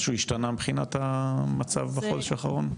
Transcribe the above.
משהו השתנה מבחינת המצב בחודש האחרון?